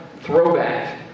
Throwback